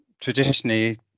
traditionally